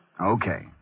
Okay